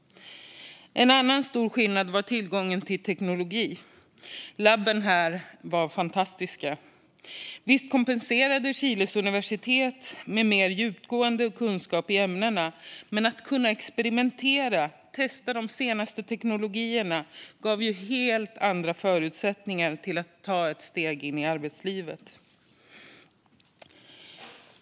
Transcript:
En annan stor skillnad var tillgången till teknologi. Labben här var fantastiska. Visst kompenserade Chiles universitet med mer djupgående kunskap i ämnena, men att kunna experimentera och testa de senaste teknologierna gav helt andra förutsättningar att ta ett steg in i arbetslivet.